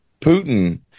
Putin